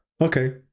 okay